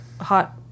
hot